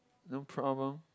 no problem